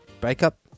breakup